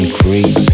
creep